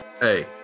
Hey